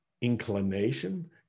inclination